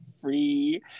free